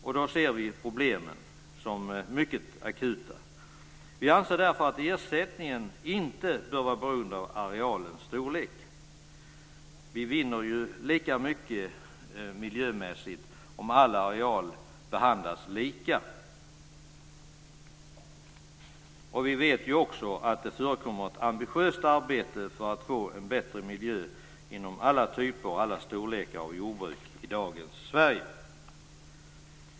Vi ser dessa problem som mycket akuta. Vi anser därför att ersättningen inte bör vara beroende av arealens storlek. Man vinner miljömässigt lika mycket om alla arealer behandlas lika. Vi vet också att det förekommer ett ambitiöst arbete för att åstadkomma en bättre miljö inom alla typer och alla storlekar av jordbruk i dagens Sverige.